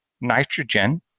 nitrogen